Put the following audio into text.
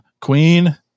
Queen